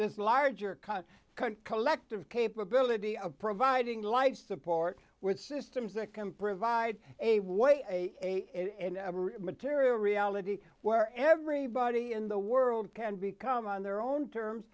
this larger cut collective capability of providing light support with systems that can provide a way and material reality where everybody in the world can become on their own terms